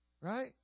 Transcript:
Right